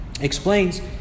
Explains